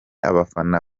abafana